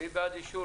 מי בעד אישור